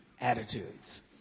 attitudes